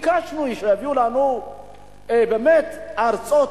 וביקשנו שיביאו לנו באמת ארצות,